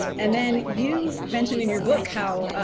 and then you mentioned in your book how